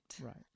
Right